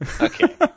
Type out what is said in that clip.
Okay